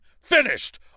Finished